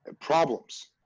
problems